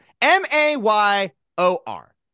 M-A-Y-O-R